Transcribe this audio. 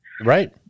Right